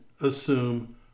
assume